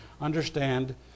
understand